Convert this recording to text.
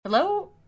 Hello